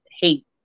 hate